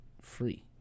free